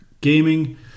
Gaming